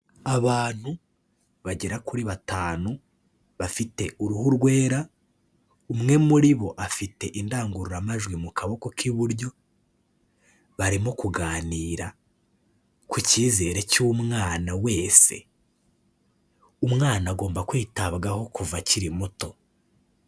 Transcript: Abantu bagera kuri 5 bafite uruhu rwera umwe muri bo afite indangururamajwi mu kaboko k'iburyo barimo kuganira ku cyizere cy'umwana wese, umwana agomba kwitabwaho kuva akiri muto.